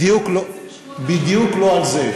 בדיוק לא על זה.